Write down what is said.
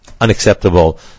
unacceptable